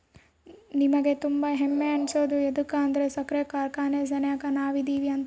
ನಮಿಗೆ ತುಂಬಾ ಹೆಮ್ಮೆ ಅನ್ಸೋದು ಯದುಕಂದ್ರ ಸಕ್ರೆ ಕಾರ್ಖಾನೆ ಸೆನೆಕ ನಾವದಿವಿ ಅಂತ